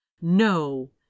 No